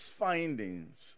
findings